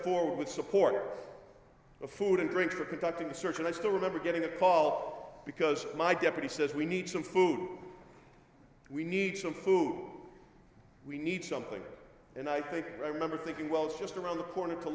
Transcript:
forward supporter of food and drinks for conducting the search and i still remember getting a call because my deputy says we need some food we need some food we need something and i think i remember thinking well it's just around the corner to